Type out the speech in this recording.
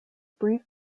brief